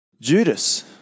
Judas